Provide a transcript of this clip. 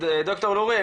ד"ר לוריא,